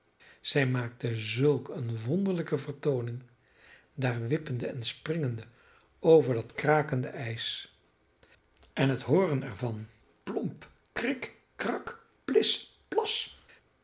zij maakte zulk eene wonderlijke vertooning daar wippende en springende over dat krakende ijs en het hooren er van plomp krik krak plis plas